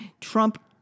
Trump